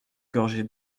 gorgées